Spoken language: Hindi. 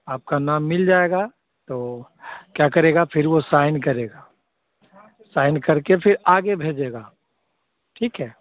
आपका नाम मिल जाएगा तो क्या करेगा फ़िर वह साइन करेगा साइन करके फ़िर आगे भेजेगा ठीक है